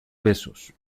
besos